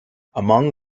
among